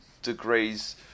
degrees